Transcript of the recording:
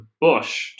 Bush